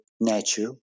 nature